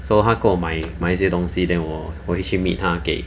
so 他跟我买买一些东西 then 我我会去 meet 他给